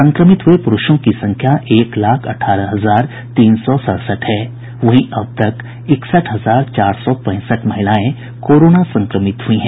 संक्रमित हुये पुरूषों की संख्या एक लाख अठारह हजार तीन सौ सड़सठ है वहीं अब तक इकसठ हजार चार सौ पैंसठ महिलाएं कोरोना संक्रमित हुई है